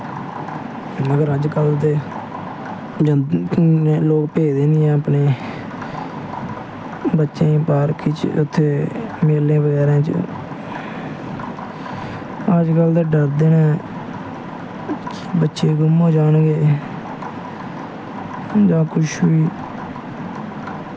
और अजकल दे लोग भेजदे गै नी हैन अपने बच्चें गा बाह्र इत्थें मेलें बगैरा च अजकल ते डरदे न बच्चे गुम्म हो जानगे जां कुछ बी